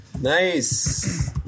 Nice